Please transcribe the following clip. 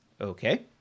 Okay